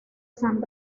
san